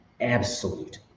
absolute